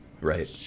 right